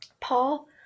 paul